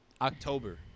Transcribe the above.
October